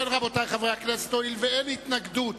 ובכן, רבותי חברי הכנסת, הואיל ואין התנגדות